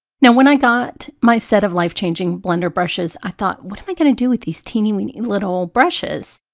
now when i got my set of life-changing blender brushes i thought what am i going to do with these teeny weeny little brushes,